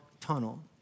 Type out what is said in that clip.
tunnel